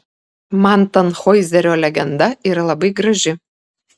man tanhoizerio legenda yra labai graži